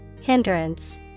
Hindrance